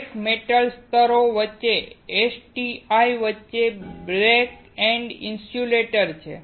એક મેટલ સ્તરો અને STI વચ્ચે બેકએન્ડ ઇન્સ્યુલેટર છે